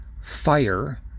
fire